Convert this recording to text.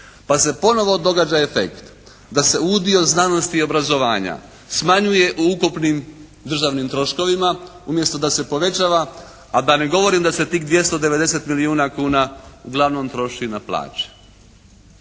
Pa se ponovo događa efekt da se udio znanosti i obrazovanja smanjuje u ukupnim državnim troškovima umjesto da se povećava, a da ne govorim da se tih 290 milijuna kuna uglavnom troši na plaće.